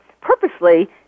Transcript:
purposely